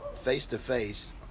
face-to-face